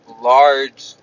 large